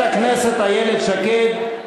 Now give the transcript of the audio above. חברת הכנסת איילת שקד,